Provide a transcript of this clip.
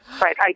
right